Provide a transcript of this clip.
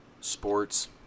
sports